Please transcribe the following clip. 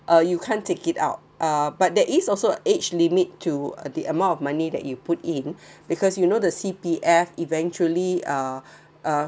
uh you can't take it out uh but there is also age limit to uh the amount of money that you put in because you know the C_P_F eventually uh uh